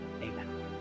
Amen